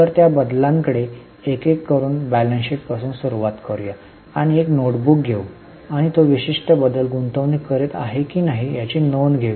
तर त्या बदलांकडे एक एक करून बॅलेन्स शीट पासून सुरुवात करूया आणि एक नोटबुक घेऊ आणि तो विशिष्ट बदल गुंतवणूक करीत आहे की नाही याची नोंद घेऊया